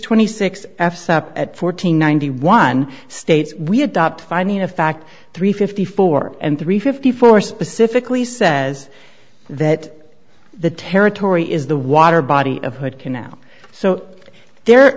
twenty six f stop at fourteen ninety one states we adopt finding of fact three fifty four and three fifty four specifically says that the territory is the water body of hood can now so they're